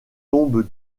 tombes